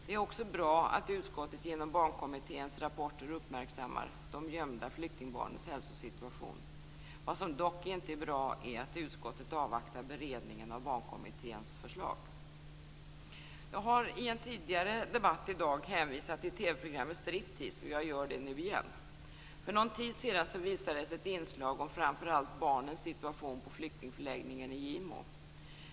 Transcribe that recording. Det är också bra att utskottet genom Barnkommitténs rapporter uppmärksammar de gömda flyktingbarnens hälsosituation. Vad som dock inte är bra är att utskottet avvaktar beredningen av Barnkommitténs förslag. Jag har i en tidigare debatt i dag hänvisat till TV programmet Striptease, och jag gör det nu igen. För någon tid sedan visades ett inslag om framför allt barnens situation på flyktingförläggningen i Gimo.